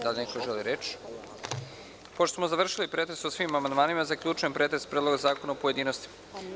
Da li neko želi reč? (Ne.) Pošto smo završili pretres o svim amandmanima, zaključujem pretres Predloga zakona, u pojedinostima.